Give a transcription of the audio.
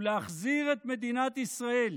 ולהחזיר את מדינת ישראל